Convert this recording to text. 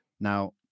now